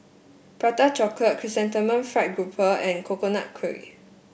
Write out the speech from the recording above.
Prata Chocolate Chrysanthemum Fried Grouper and Coconut Kuih